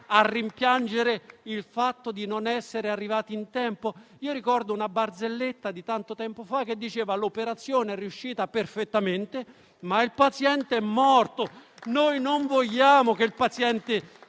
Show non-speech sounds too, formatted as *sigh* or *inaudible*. a rimpiangere il fatto di non essere arrivati in tempo? *applause* Ricordo una barzelletta di tanto tempo fa che diceva: «L'operazione è riuscita perfettamente, ma il paziente è morto». *applause* Noi non vogliamo che il paziente